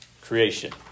creation